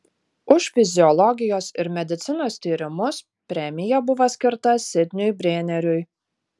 už fiziologijos ir medicinos tyrimus premija buvo skirta sidniui brėneriui